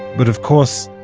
but, of course,